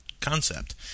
concept